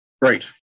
Right